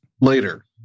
later